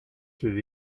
through